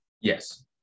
Yes